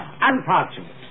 unfortunate